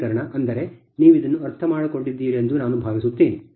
ಅಂದರೆ ನೀವಿದನ್ನು ಅರ್ಥಮಾಡಿಕೊಂಡಿದ್ದೀರಿ ಎಂದು ನಾನು ಭಾವಿಸುತ್ತೇನೆ